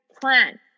plan